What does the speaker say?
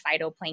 phytoplankton